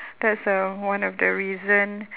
that's um one of the reason